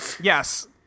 Yes